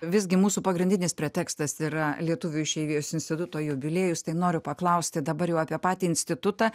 visgi mūsų pagrindinis pretekstas yra lietuvių išeivijos instituto jubiliejus tai noriu paklausti dabar jau apie patį institutą